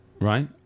right